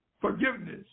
forgiveness